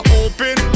open